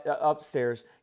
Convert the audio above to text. upstairs